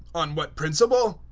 on what principle?